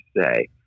say